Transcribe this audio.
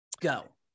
Go